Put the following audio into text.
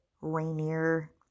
Rainier